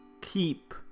Keep